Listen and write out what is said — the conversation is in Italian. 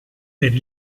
per